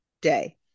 day